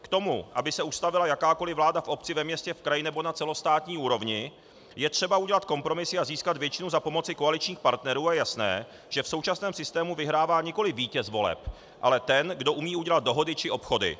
K tomu, aby se ustavila jakákoli vláda v obci, ve městě, v kraji nebo na celostátní úrovni, je třeba udělat kompromisy a získat většinu za pomoci koaličních partnerů a je jasné, že v současném systému vyhrává nikoli vítěz voleb, ale ten, kdo umí udělat dohody či obchody.